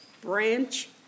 branch